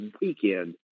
weekend